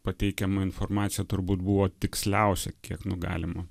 pateikiama informacija turbūt buvo tiksliausia kiek nu galima